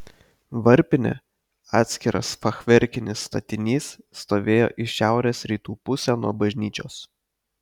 varpinė atskiras fachverkinis statinys stovėjo į šiaurės rytų pusę nuo bažnyčios